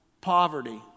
poverty